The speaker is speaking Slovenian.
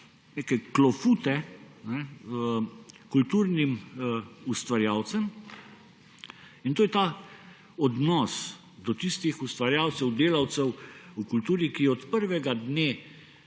neke klofute kulturnim ustvarjalcem in to je ta odnos do tistih ustvarjalcev, delavcev v kulturi, ki od prvega dne